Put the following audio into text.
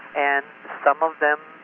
and some of them,